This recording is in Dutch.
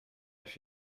als